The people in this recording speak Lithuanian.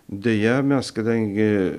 deja mes kadangi